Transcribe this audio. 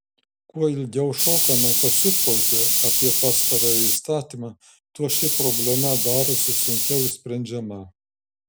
kuo ilgiau šokame pasiutpolkę apie pastarąjį įstatymą tuo ši problema darosi sunkiau išsprendžiama